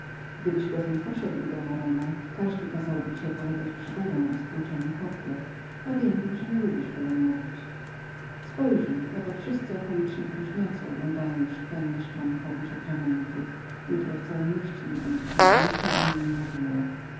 gdybyś bowiem poszedł do morena każdy kazał by ci opowiadać przygodę o stłuczonym kotle a wiem że nie lubisz wiele mówić spojrzyj się oto wszyscy madryccy próżniacy oglądają już w twojem mieszkaniu powódź atramentu jutro w całem mieście nie będą o czem innem mówić